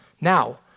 Now